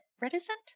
reticent